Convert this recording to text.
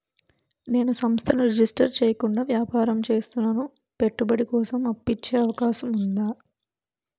నేను సంస్థను రిజిస్టర్ చేయకుండా వ్యాపారం చేస్తున్నాను పెట్టుబడి కోసం అప్పు ఇచ్చే అవకాశం ఉందా?